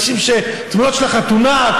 תמונות של החתונה,